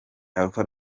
alpha